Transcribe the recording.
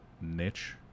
niche